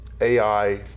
AI